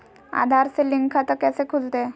आधार से लिंक खाता कैसे खुलते?